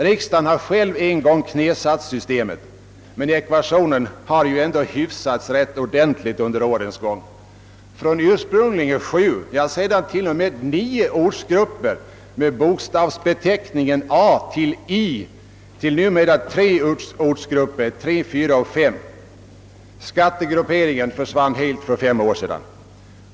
Riksdagen har själv en gång knäsatt systemet, men ekvationen har ju hyfsats rätt ordentligt under årens lopp från ursprungligen sju och ett tag till och med nio ortsgrupper med bokstavsbeteckningen A—I till numera tre ortsgrupper med beteckningen 3, 4 och d. Skattegrupperingen försvann helt för fem år sedan.